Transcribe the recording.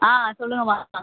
ஆ சொல்லுங்கம்மா